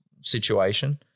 situation